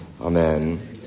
Amen